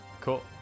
Cool